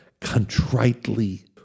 contritely